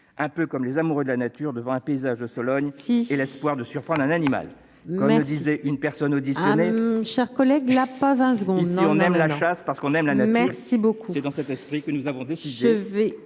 un peu comme les amoureux de la nature devant un paysage de Sologne et l'espoir de surprendre un animal. Comme le disait une personne auditionnée, « ici, on aime la chasse, parce que l'on aime la nature ». C'est dans cet esprit que nous avons décidé,